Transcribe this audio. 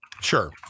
Sure